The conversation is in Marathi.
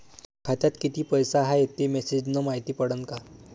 खात्यात किती पैसा हाय ते मेसेज न मायती पडन का?